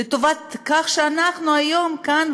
לטובת זה שאנחנו היום כאן,